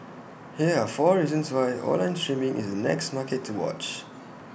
here are four reasons why online streaming is the next market to watch